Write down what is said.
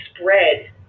spread